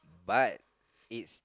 but it's